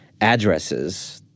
addresses